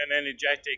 energetic